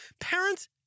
Parents